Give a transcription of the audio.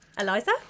Eliza